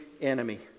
enemy